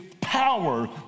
power